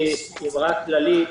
אמירה כללית.